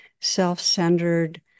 self-centered